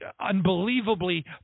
unbelievably